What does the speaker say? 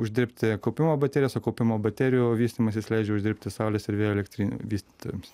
uždirbti kaupimo baterijose o kaupimo baterijų vystymasis leidžia uždirbti saulės ir vėjo elektrinių vystytojams